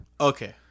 Okay